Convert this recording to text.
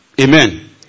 Amen